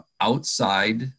outside